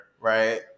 Right